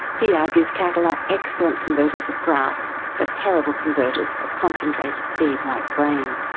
he argues cattle are excellent converters of grass but terrible converters of concentrated feed like grain.